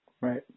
Right